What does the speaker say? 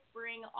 bring